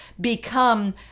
become